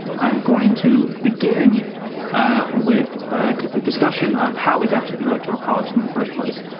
i'm going to begin with a discussion of how we got to the electoral college in the first place.